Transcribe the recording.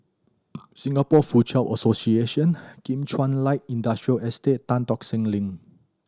Singapore Foochow Association Kim Chuan Light Industrial Estate Tan Tock Seng Link